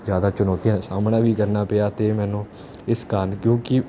ਜ਼ਿਆਦਾ ਚੁਣੌਤੀਆਂ ਸਾਹਮਣਾ ਵੀ ਕਰਨਾ ਪਿਆ ਜ਼ਿਆਦਾ ਅਤੇ ਮੈਨੂੰ ਇਸ ਕਾਰਨ ਕਿਉਂਕਿ